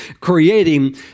creating